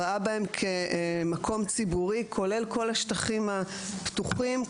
ראה בהם כמקום ציבורי כולל כל השטחים הפתוחים,